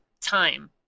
time